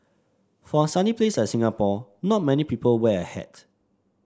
for a sunny place like Singapore not many people wear a hat